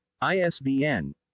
ISBN